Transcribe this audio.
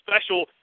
special